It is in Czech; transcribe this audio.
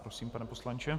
Prosím, pane poslanče.